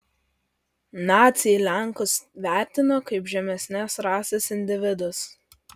naciai lenkus vertino kaip žemesnės rasės individus